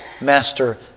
Master